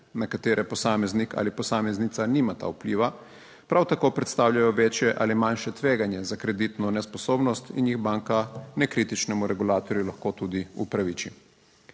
na katere posameznik ali posameznica nimata vpliva, prav tako predstavljajo večje ali manjše tveganje za kreditno nesposobnost in jih banka nekritičnemu regulatorju lahko tudi upraviči.